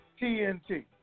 TNT